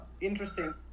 interesting